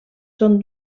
són